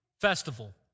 festival